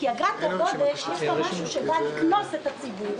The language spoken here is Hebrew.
אני רוצה להבין מדוע המשרד לענייני דת עוסק בנושא של